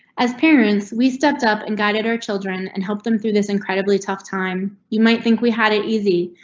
as parents we stepped up and guided her children and help them through this incredibly tough time. you might think we had it easy,